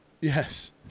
yes